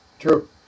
True